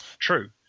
True